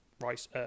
rice